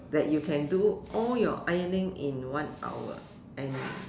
like you can do all your ironing in one hour and